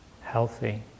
healthy